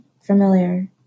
familiar